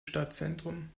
stadtzentrum